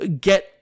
get